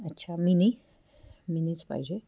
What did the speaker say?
अच्छा मिनी मिनीच पाहिजे